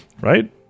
Right